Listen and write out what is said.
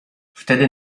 wtedy